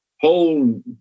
Whole